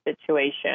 situation